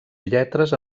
lletres